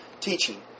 teaching